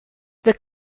the